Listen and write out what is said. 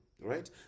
right